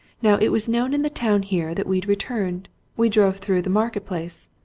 now, it was known in the town here that we'd returned we drove through the market-place.